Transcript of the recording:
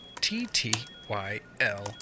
T-T-Y-L